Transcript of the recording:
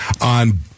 on